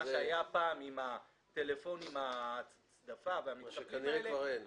מה שהיה פעם עם הטלפונים מסוג צדפה -- מה שכנראה כבר אין.